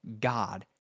God